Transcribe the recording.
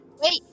wait